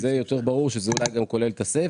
זה יותר ברור שזה אולי גם כולל את הסייף,